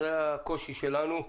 וזה הקושי שלנו: